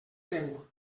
seu